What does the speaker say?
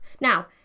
Now